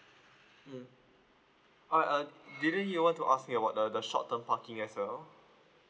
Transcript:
mm alright uh didn't you want to ask about the the short term parking as well